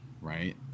right